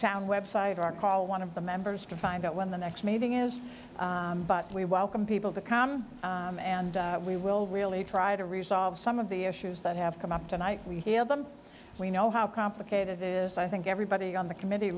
town website or call one of the members to find out when the next meeting is but we welcome people to come and we will really try to resolve some of the issues that have come up tonight we have them we know how complicated it is i think everybody on the committee